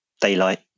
daylight